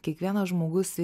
kiekvienas žmogus i